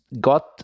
got